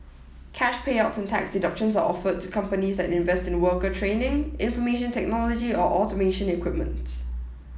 cash payouts and tax deductions are offered to companies that invest in worker training information technology or automation equipment